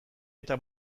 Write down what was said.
eta